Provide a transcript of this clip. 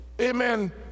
amen